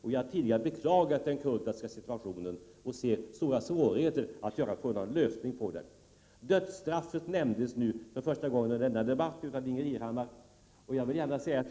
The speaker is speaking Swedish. Vi har tidigare beklagat den kurdiska situationen, och vi ser stora svårigheter att finna någon form av lösning på problemet. Dödsstraffet nämndes nu, för första gången under denna debatt, av Ingbritt Irhammar.